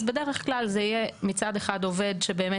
אז בדרך כלל זה יהיה מצד אחד עובד שבאמת